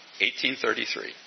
1833